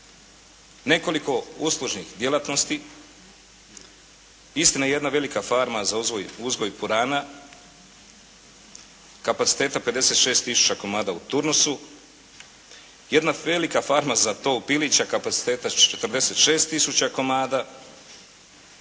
nekoliko uslužnih djelatnosti, istina jedna velika farma za uzgoj purana kapaciteta 56 tisuća komada u turnusu, jedna velika farma za tov pilića kapaciteta 46 tisuća komada,